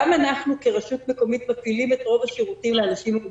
גם אנחנו כרשות מקומית מפעילים את רוב השירותים לאנשים עם מוגבלויות.